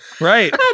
right